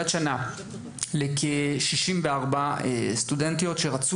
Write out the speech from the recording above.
השנה לכ-64 סטודנטיות עולות מצרפת שרצות